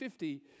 50